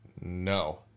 No